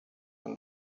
than